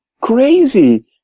crazy